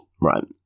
right